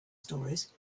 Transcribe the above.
stories